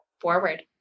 forward